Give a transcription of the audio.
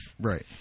Right